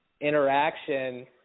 interaction